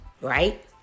right